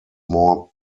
more